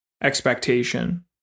expectation